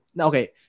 okay